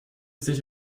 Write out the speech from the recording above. sich